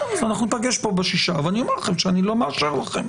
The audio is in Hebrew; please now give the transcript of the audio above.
כאן ב- באפריל ואני אומר לכם שאני לא מאשר לכם.